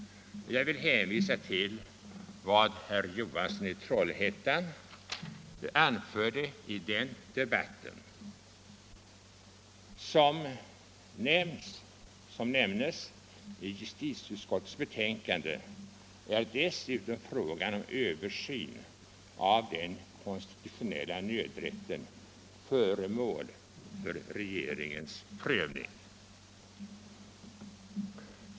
Jag vill hänvisa till vad herr Johansson i Trollhättan anförde i den debatten. Som nämnes i justitieutskottets betänkande är dessutom frågan om översyn av den konstitutionella nödrätten föremål för regeringens prövning.